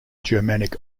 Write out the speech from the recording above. germanic